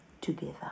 together